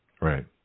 right